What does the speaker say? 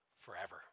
Forever